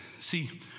See